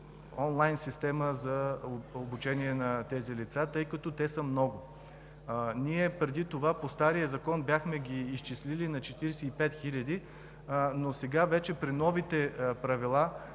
онлайн система за обучение на тези лица, тъй като те са много. Преди това, по стария закон ги бяхме изчислили на 45 хиляди, но сега вече при новите правила,